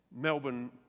Melbourne